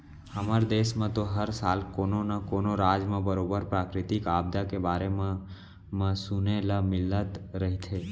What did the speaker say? हमर देस म तो हर साल कोनो न कोनो राज म बरोबर प्राकृतिक आपदा के बारे म म सुने ल मिलत रहिथे